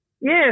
Yes